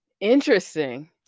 interesting